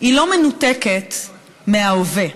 לא מנותקת מהווה.